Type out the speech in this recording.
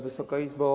Wysoka Izbo!